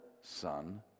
Son